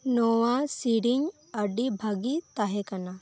ᱱᱚᱶᱟ ᱥᱤᱨᱤᱧ ᱟᱹᱰᱤ ᱵᱷᱟᱹᱜᱤ ᱛᱟᱦᱮᱸ ᱠᱟᱱᱟ